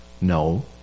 No